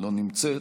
לא נמצאת.